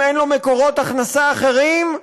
אם אין לו מקורות הכנסה אחרים,